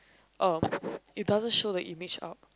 uh it doesn't show the image out